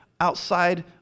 outside